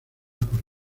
por